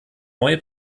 neue